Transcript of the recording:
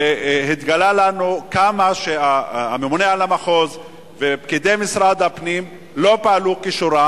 והתגלה לנו עד כמה הממונה על המחוז ופקידי משרד הפנים לא פעלו כשורה,